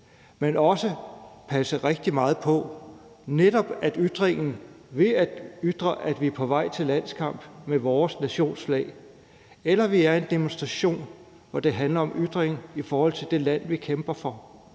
skal også passe rigtig meget på, for netop ved at ytre, at vi er på vej til landskamp med vores nations flag, eller ved at ytre noget i forhold til det land, vi kæmper for,